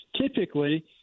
typically